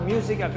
Music